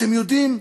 אתם יודעים,